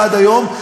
ועד היום,